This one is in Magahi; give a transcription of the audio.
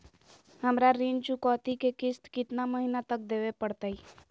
हमरा ऋण चुकौती के किस्त कितना महीना तक देवे पड़तई?